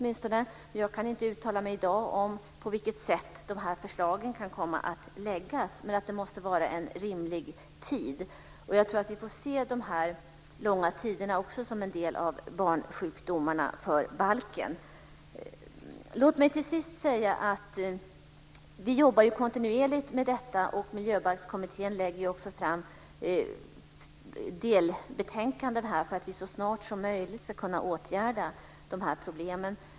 Men jag kan i dag inte uttala mig om på vilket sätt dessa förslag kan komma att läggas fram, men det måste vara fråga om en rimlig tid. Jag tror att vi får se dessa långa tider också som en del av barnsjukdomarna för balken. Låt mig till sist säga att vi jobbar kontinuerligt med detta. Och Miljöbalkskommittén lägger också fram delbetänkanden för att vi så snart som möjligt ska kunna åtgärda dessa problem.